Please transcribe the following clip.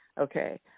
okay